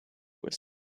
wisdom